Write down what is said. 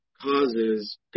causes